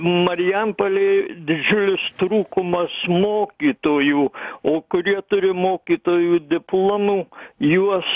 marijampolėj didžiulis trūkumas mokytojų o kurie turi mokytojų diplomų juos